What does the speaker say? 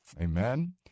Amen